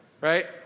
Right